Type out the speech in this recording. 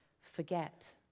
forget